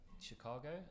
Chicago